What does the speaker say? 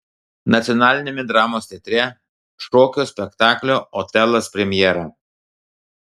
nacionaliniame dramos teatre šokio spektaklio otelas premjera